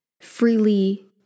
freely